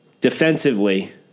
defensively